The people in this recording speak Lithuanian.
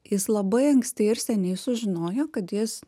jis labai anksti ir seniai sužinojo kad jis